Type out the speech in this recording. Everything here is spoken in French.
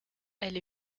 elle